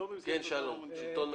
כן, שלום, שלטון מקומי.